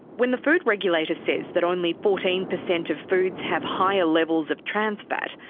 when the food regulator says that only fourteen percent of foods have higher levels of trans fat,